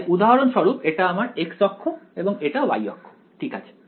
তাই উদাহরণ স্বরূপ এটা আমার x অক্ষ এবং এটা y অক্ষ ঠিক আছে